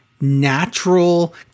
natural